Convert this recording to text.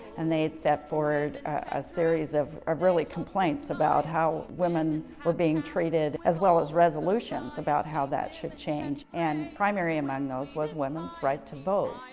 and they had set forward a series of ah complaints about how women were being treated as well as resolutions about how that should change. and primary among those was women's right to vote.